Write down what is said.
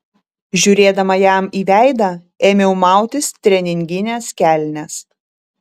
žiūrėdama jam į veidą ėmiau mautis treningines kelnes